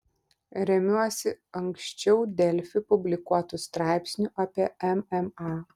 remiuosi ankščiau delfi publikuotu straipsniu apie mma